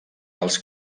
els